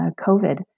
COVID